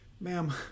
Ma'am